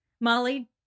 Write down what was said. Molly